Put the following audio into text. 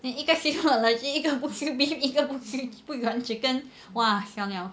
then 一个 seafood allergy 一个不吃 beef 一个不吃不喜欢 chicken